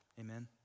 amen